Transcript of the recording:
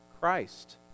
Christ